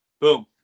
Boom